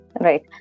right